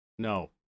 No